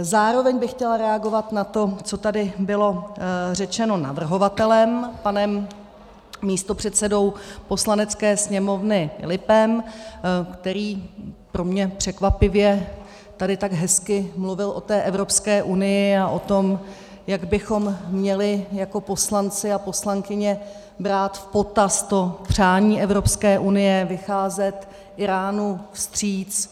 Zároveň bych chtěla reagovat na to, co tady bylo řečeno navrhovatelem, panem místopředsedou Poslanecké sněmovny Filipem, který pro mě překvapivě tady tak hezky mluvil o té Evropské unii a o tom, jak bychom měli jako poslanci a poslankyně brát v potaz to přání Evropské unie, vycházet Íránu vstříc.